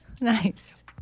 Nice